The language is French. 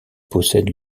possède